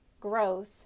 growth